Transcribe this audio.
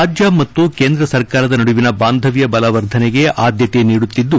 ರಾಜ್ಜ ಮತ್ತು ಕೇಂದ್ರ ಸರ್ಕಾರದ ನಡುವಿನ ಬಾಂದವ್ವ ಬಲವರ್ಧನೆಗೆ ಆದ್ದತೆ ನೀಡುತ್ತಿದ್ದು